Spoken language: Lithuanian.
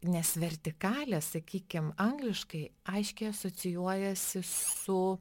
nes vertikalė sakykim angliškai aiškiai asocijuojasi su